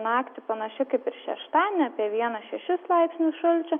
naktį panaši kaip ir šeštadienį apie vieną šešis laipsnius šalčio